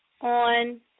on